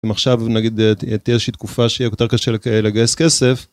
ועכשיו נגיד תהיה איזושהי תקופה שיהיה יותר קשה לגייס כסף.